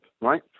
right